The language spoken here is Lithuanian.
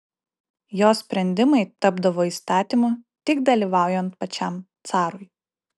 jo sprendimai tapdavo įstatymu tik dalyvaujant pačiam carui